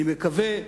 אני מקווה,